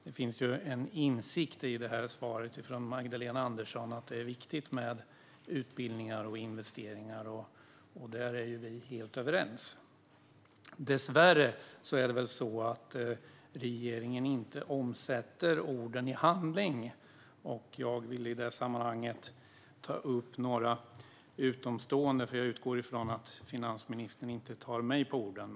Det finns en insikt i svaret från Magdalena Andersson om att det är viktigt med utbildningar och investeringar, och där är vi helt överens. Dessvärre omsätter inte regeringen orden i handling. Jag vill i sammanhanget ta upp vad några utomstående säger, för jag utgår från att finansministern inte tar mig på orden.